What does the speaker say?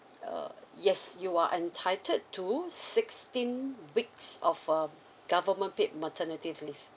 uh yes you are entitled to sixteen weeks of um government paid maternity leave